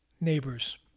neighbors